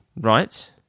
Right